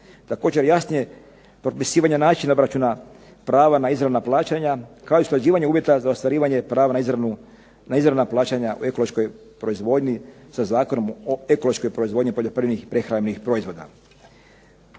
Također, jasnije je potpisivanje načina obračuna prava na izravna plaćanja kao i usklađivanje uvjeta za ostvarivanje prava na izravna plaćanja u ekološkoj proizvodnji sa Zakonom o ekološkoj proizvodnji poljoprivrednih prehrambenih proizvoda.